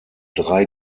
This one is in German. drei